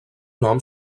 nom